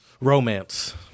Romance